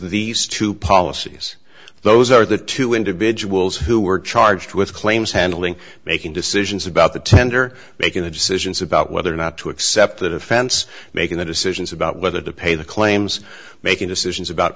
these two policies those are the two individuals who were charged with claims handling making decisions about the tender making the decisions about whether or not to accept the defense making the decisions about whether to pay the claims making decisions about